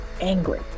angry